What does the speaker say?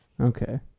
okay